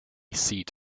seat